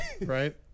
right